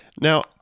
Now